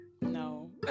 no